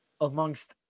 amongst